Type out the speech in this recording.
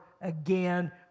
again